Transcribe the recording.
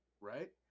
Right